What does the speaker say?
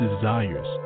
desires